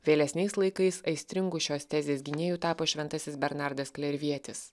vėlesniais laikais aistringų šios tezės gynėjų tapo šventasis bernardas klervietis